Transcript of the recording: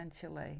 Chile